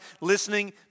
listening